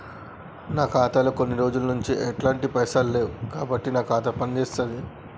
నా ఖాతా లో కొన్ని రోజుల నుంచి ఎలాంటి పైసలు లేవు కాబట్టి నా ఖాతా పని చేస్తుందా?